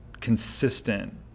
consistent